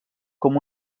com